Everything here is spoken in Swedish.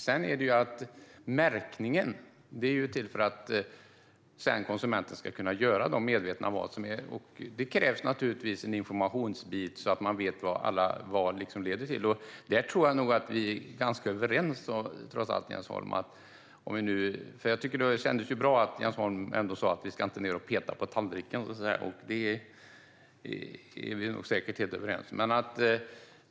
Sedan är märkningen till för att konsumenten ska kunna göra medvetna val, och det krävs naturligtvis information så att man vet vad alla val leder till. Jag tror nog att vi trots allt är ganska överens. Jag tycker att det var bra att Jens Holm ändå sa att vi inte ska ned och peta på tallriken, så att säga, så det är vi säkert helt överens om.